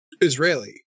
Israeli